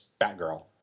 batgirl